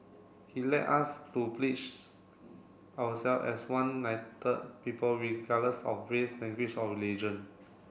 he led us to our self as one people regardless of race language or religion